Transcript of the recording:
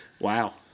Wow